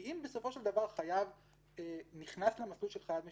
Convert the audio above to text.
כי אם בסופו של דבר חייב נכנס למסלול של חייב משלם,